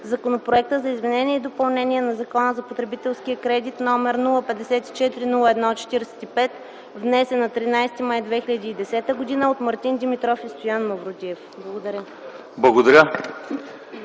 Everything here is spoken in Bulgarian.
Законопроекта за изменение и допълнение на Закона за потребителския кредит, № 054-01-45, внесен на 13. 05. 2010 г. от Мартин Димитров и Стоян Мавродиев.” Благодаря.